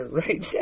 right